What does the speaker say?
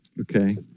Okay